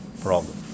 problem